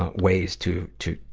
ah ways to, to,